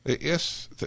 Yes